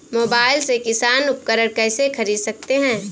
Mobile से किसान उपकरण कैसे ख़रीद सकते है?